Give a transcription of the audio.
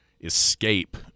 escape